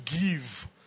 give